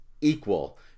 equal